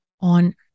on